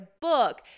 book